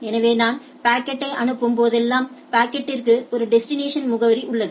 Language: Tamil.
எனவே நான் ஒரு பாக்கெட்டை அனுப்பும் போதெல்லாம் பாக்கெட்டிற்கு ஒரு டெஸ்டினேஷன் முகவரி உள்ளது